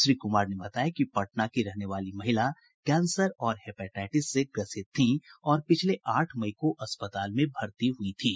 श्री कुमार ने बताया कि पटना की रहने वाली महिला कैंसर और हेपेटाईटिस से ग्रसित थीं और पिछले आठ मई को अस्पताल में भर्ती हुई थीं